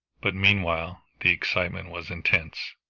but meanwhile the excitement was intense.